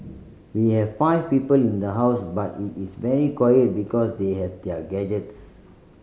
we have five people in the house but it is very quiet because they have their gadgets